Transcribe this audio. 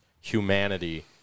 humanity